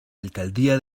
alcaldía